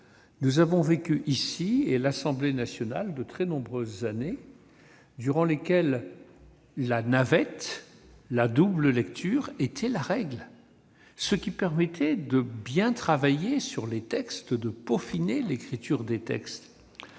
d'urgence. Le Sénat et l'Assemblée nationale ont vécu de très nombreuses années durant lesquelles la navette, la double lecture, était la règle, ce qui permettait de bien travailler et de peaufiner l'écriture des textes.